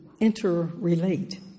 interrelate